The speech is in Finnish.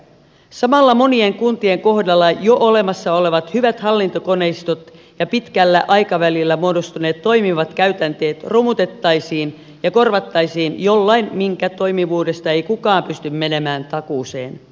samalla monien kuntien kohdalla jo olemassa olevat hyvät hallintokoneistot ja pitkällä aikavälillä muodostuneet toimivat käytänteet romutettaisiin ja korvattaisiin jollain minkä toimivuudesta ei kukaan pysty menemään takuuseen